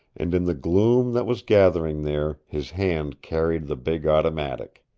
and in the gloom that was gathering there his hand carried the big automatic.